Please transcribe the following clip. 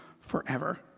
forever